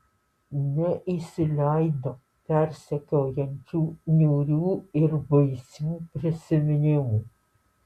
neįsileido persekiojančių niūrių ir baisių prisiminimų